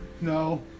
No